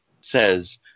says